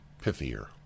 pithier